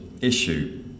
issue